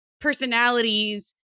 personalities